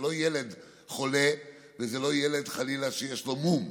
זה לא ילד חולה וזה לא, חלילה, ילד שיש לו מום,